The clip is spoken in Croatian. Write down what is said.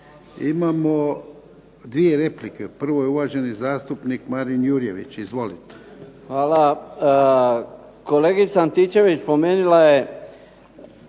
Imamo dvije replike. Prvi je uvaženi zastupnik Marin Jurjević. Izvolite. **Jurjević, Marin (SDP)** Hvala. Kolegica Antičević spomenula je